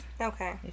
okay